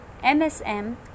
MSM